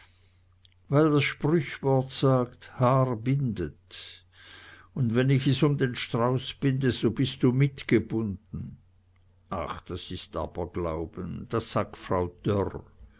weil das sprüchwort sagt haar bindet und wenn ich es um den strauß binde so bist du mitgebunden ach das ist aberglauben das sagt frau dörr